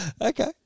Okay